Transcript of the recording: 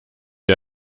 ihr